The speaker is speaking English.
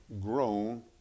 grown